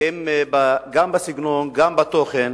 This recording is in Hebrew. היא גם בסגנון, גם בתוכן